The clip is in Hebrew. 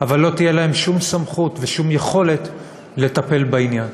אבל לא תהיה להם שום סמכות ושום יכולת לטפל בעניין.